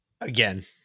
Again